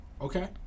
Okay